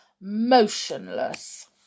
motionless